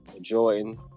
Jordan